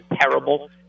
terrible